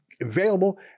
available